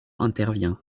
intervient